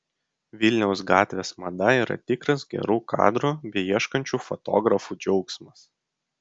vilniaus gatvės mada yra tikras gerų kadrų beieškančių fotografų džiaugsmas